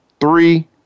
three